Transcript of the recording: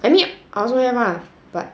I mean I also have lah but